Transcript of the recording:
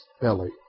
belly